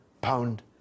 pound